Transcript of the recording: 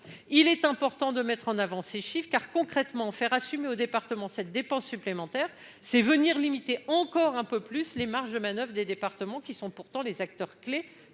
Il est important de mettre en avant ces chiffres, car, concrètement, faire assumer aux départements la dépense sociale supplémentaire, c'est venir limiter encore un peu plus leurs marges de manoeuvre alors qu'ils sont pourtant des acteurs-clefs